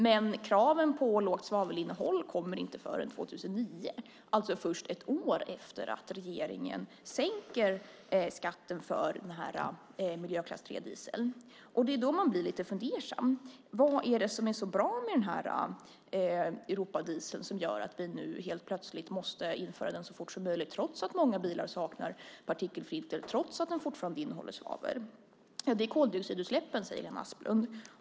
Men kraven på lågt svavelinnehåll kommer inte förrän 2009, alltså först ett år efter att regeringen sänker skatten för diesel av miljöklass 3. Då blir man lite fundersam. Vad är det som är så bra med europadieseln och som gör att vi nu helt plötsligt måste införa den så fort som möjligt, trots att många bilar saknar partikelfilter och trots att den fortfarande innehåller svavel? Det handlar om koldioxidutsläppen, säger Lena Asplund.